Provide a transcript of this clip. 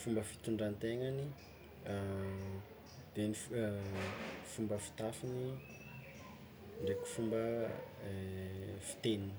fomba fitondran-tenany, fomba fitafiny ndraiky fomba fiteniny.